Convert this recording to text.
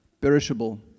perishable